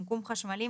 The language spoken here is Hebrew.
קומקום חשמלי,